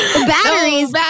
batteries